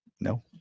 no